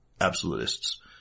absolutists